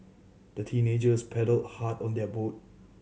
the teenagers paddled hard on their boat